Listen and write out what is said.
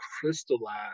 crystallize